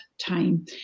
time